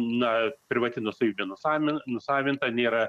na privati nuosavybė nusamin nusavinta nėra